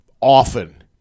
often